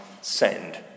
send